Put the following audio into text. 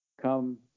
come